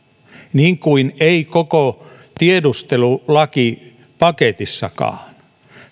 niin kuin ei koko tiedustelulakipaketissakaan